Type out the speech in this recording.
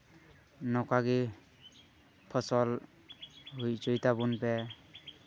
ᱱᱚᱝᱠᱟ ᱜᱮ ᱯᱷᱚᱥᱚᱞ ᱦᱩᱭ ᱦᱚᱪᱚᱭ ᱛᱟᱵᱚᱱ ᱯᱮ